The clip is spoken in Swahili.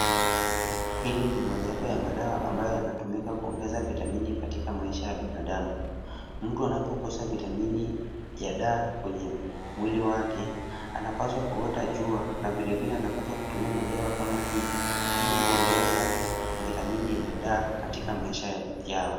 Hili ni mojawapo ya madawa ambayo yanatumika kuongeza vitamini katika maisha ya binadamu. Mtu anapokosa vitamini ya D kwenye mwili wake anapaswa kuota jua na vile vile anapaswa kutumia madawa kama hii ili kuongeza vitamini ya D katika maisha yao.